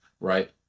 right